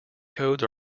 codes